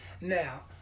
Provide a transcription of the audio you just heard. Now